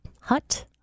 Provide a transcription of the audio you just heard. hut